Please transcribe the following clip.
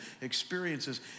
experiences